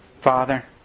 Father